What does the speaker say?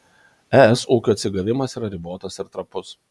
es ūkio atsigavimas yra ribotas ir trapus